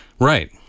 Right